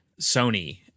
Sony